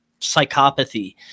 psychopathy